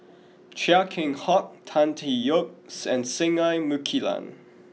Chia Keng Hock Tan Tee Yoke and Singai Mukilan